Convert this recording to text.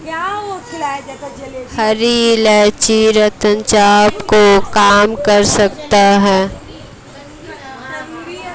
हरी इलायची रक्तचाप को कम कर सकता है